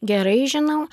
gerai žinau